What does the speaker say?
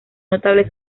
notables